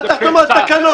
אל תחתום על תקנות.